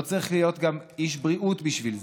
לא צריך להיות גם איש בריאות בשביל זה.